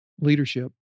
leadership